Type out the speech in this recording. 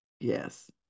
Yes